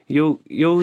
jau jau